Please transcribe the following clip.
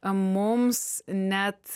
mums net